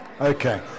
Okay